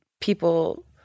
People